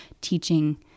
teaching